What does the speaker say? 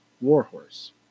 Warhorse